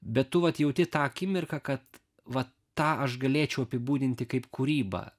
bet tu vat jauti tą akimirką kad va tą aš galėčiau apibūdinti kaip kūrybą